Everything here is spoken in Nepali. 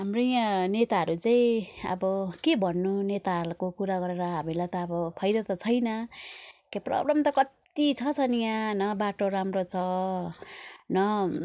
हाम्रो यहाँ नेताहरू चाहिँ अब के भन्नु नेताहरूको कुरा गरेर हामीलाई त अब फाइदा त छैन के प्रब्लम त कति छ छ नि यहाँ न बाटो राम्रो छ न